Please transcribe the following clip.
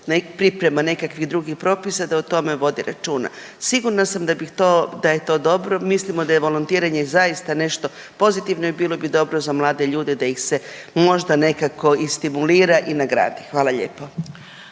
priprema nekih drugih propisa da o tome vodi računa. Sigurna sam da bi to da je to dobro. Mislimo da je volontiranje zaista nešto pozitivno i bilo bi dobro za mlade ljude da ih se možda nekako i stimulira i nagradi. Hvala lijepo.